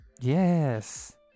Yes